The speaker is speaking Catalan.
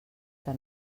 que